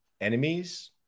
enemies